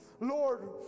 Lord